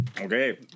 Okay